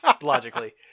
logically